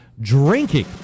drinking